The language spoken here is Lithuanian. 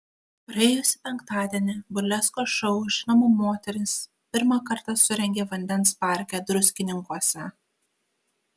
praėjusį penktadienį burleskos šou žinoma moteris pirmą kartą surengė vandens parke druskininkuose